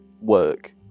work